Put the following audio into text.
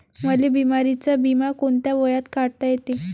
मले बिमारीचा बिमा कोंत्या वयात काढता येते?